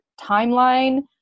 timeline